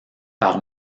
par